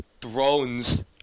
thrones